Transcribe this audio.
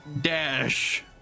dash